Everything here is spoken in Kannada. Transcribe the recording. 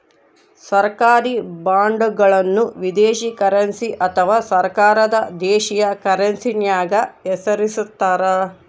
ಸರ್ಕಾರಿ ಬಾಂಡ್ಗಳನ್ನು ವಿದೇಶಿ ಕರೆನ್ಸಿ ಅಥವಾ ಸರ್ಕಾರದ ದೇಶೀಯ ಕರೆನ್ಸ್ಯಾಗ ಹೆಸರಿಸ್ತಾರ